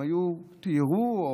הם תיירו,